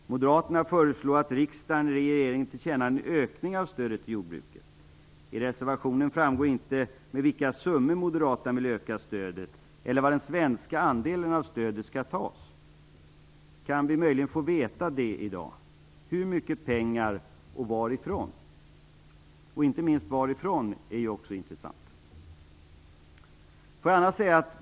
Det föreslås att riksdagen ger regeringen till känna att det skall ske en ökning av stödet till jordbruket. I reservationen framgår inte med vilka summor som man vill öka stödet eller var den svenska andelen av stödet skall tas. Kan vi möjligen få veta det i dag, alltså hur mycket pengar det handlar om och varifrån de skall tas? Det vore särskilt intressant att få veta varifrån pengarna skall tas.